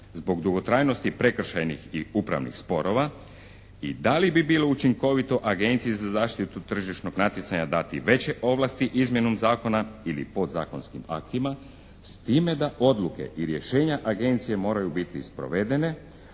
zbog dugotrajnosti prekršajnih i upravnih sporova i da li bi bilo učinkovito Agenciji za zaštitu tržišnog natjecanja dati veće ovlasti izmjenom zakona ili podzakonskim aktima s time da odluke i rješenja Agencije moraju biti sprovedene,